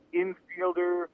infielder